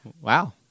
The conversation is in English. Wow